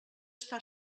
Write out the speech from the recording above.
està